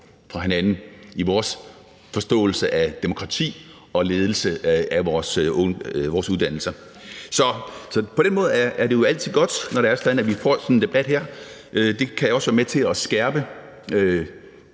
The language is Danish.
fra hinanden i vores forståelse af demokrati og ledelse af vores uddannelser. Så på den måde er det jo altid godt, når det er sådan, at vi får sådan en debat her. Det kan jo også være med til at skærpe